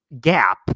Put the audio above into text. gap